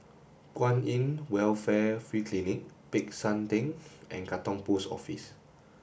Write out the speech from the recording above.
Kwan In Welfare Free Clinic Peck San Theng and Katong Post Office